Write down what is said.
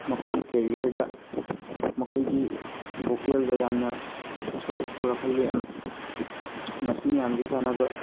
ꯃꯈꯣꯏꯒꯤ ꯀꯦꯔꯤꯌꯔꯗ ꯃꯈꯣꯏꯒꯤ ꯕꯣꯀꯦꯜꯗ ꯌꯥꯝꯅ ꯑꯁꯣꯏꯕ ꯄꯨꯔꯛꯍꯜꯂꯤ ꯃꯁꯤ ꯃꯌꯥꯝꯁꯤ ꯐꯅꯕ